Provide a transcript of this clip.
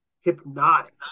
hypnotic